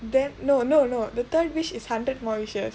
then no no no the third wish is hundred more wishes